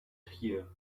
here